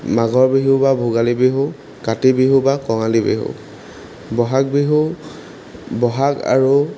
মাঘৰ বিহু বা ভোগালী বিহু কাতি বিহু বা কঙালী বিহু বহাগ বিহু বহাগ আৰু